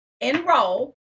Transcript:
Enroll